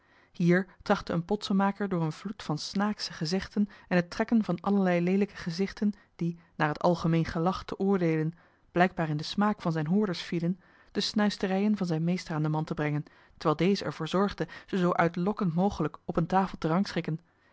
hier trachtte een potsenmaker door een vloed van snaaksche gezegden en het trekken van allerlei leelijke gezichten die naar het algemeen gelach te oordeelen blijkbaar in den smaak van zijne hoorders vielen de snuisterijen van zijn meester aan den man te brengen terwijl deze er voor zorgde ze zoo uitlokkend mogelijk op eene tafel